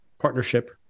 partnership